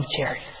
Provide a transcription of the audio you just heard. cherries